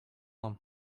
him